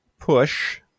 push